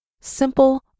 Simple